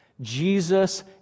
Jesus